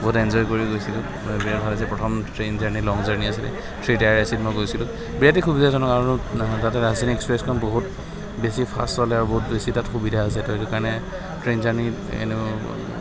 বহুত এনজয় কৰি গৈছিলোঁ বিৰাট ভাল লাগিছিল প্ৰথম ট্ৰেইন জাৰ্ণী লং জাৰ্ণী আছিলে থ্ৰী টায়াৰ এ চি ত মই গৈছিলোঁ বিৰাটেই সুবিধাজনক আৰু তাতে ৰাজধানী এক্সপ্ৰেছখন বহুত বেছি ফাষ্ট চলে আৰু বহুত বেছি তাত সুবিধা আছে তো সেইটো কাৰণে ট্ৰেইন জাৰ্ণিত এনে